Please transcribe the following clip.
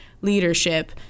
leadership